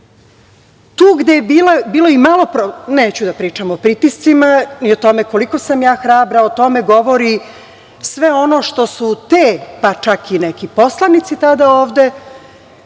gde je bilo, neću da pričam o pritiscima i o tome koliko sam ja hrabra, o tome govori sve ono što su te, pa čak i neki poslanici tada ovde,